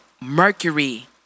mercury